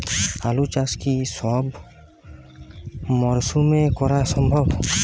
আলু চাষ কি সব মরশুমে করা সম্ভব?